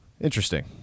Interesting